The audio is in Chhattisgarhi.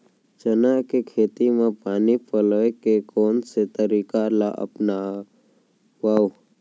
चना के खेती म पानी पलोय के कोन से तरीका ला अपनावव?